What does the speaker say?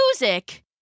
music